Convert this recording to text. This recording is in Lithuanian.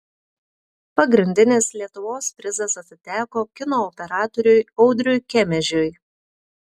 pagrindinis lietuvos prizas atiteko kino operatoriui audriui kemežiui